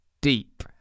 deep